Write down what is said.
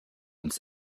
uns